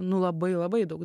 nu labai labai daug